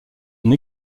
une